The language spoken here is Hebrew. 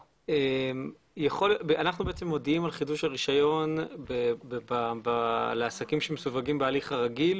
אנחנו מודיעים על חידוש הרישיון לעסקים שמסווגים בהליך הרגיל,